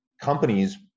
Companies